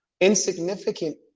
Insignificant